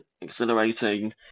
exhilarating